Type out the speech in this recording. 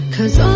Cause